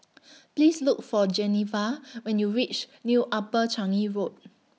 Please Look For Geneva when YOU REACH New Upper Changi Road